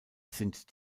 sind